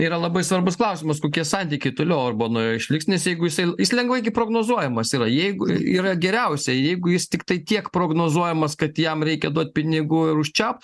yra labai svarbus klausimas kokie santykiai toliau orbano išliks nes jeigu jisai jis lengvai gi prognozuojamas yra jeigu yra geriausia jeigu jis tiktai tiek prognozuojamas kad jam reikia duot pinigų ir užčiaup